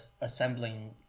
assembling